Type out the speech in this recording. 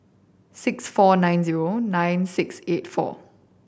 six four nine zero nine six eight four